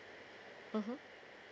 mmhmm